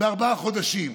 בארבעה חודשים.